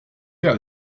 faire